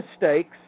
mistakes